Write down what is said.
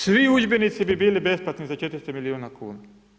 Svi udžbenici bi bili besplatni za 400 milijuna kuna.